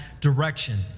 direction